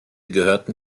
gehörten